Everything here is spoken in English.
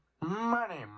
Money